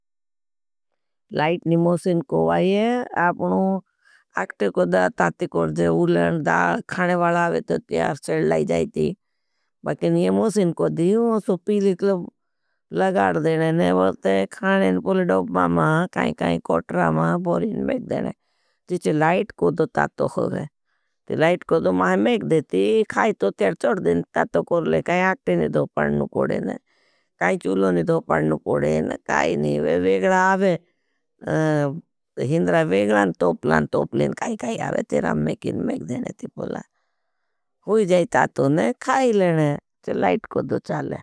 लाइट नी मोसिन को वाये, आपनो आक्टे कोड़ा ताती कोड़ जेवु लड़। धाल, खाने वाला आवे तो त्यार सेल लाई जाएती। बाकिन ये मोसिन कोड़ी, वो सुपी लिकल लगाड़ देने ने। धाल ये मूझे छाने के लिए अप्पुर्वाली जब तांगण करते थे भरेए देखा ने। जब आपका चुलो कोड़ नी दो पाड़ना पाड़ना करते हैं, तो क्य विकला आवे ईंदर वेगलान तोपलान तोपलेन थे। तेरा में किन में देने थी बोला होई जाएता तोने खाई लेने चलाइट को दुचाले।